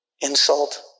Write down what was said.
insult